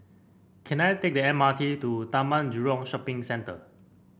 can I take the M R T to Taman Jurong Shopping Centre